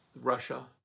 Russia